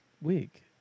week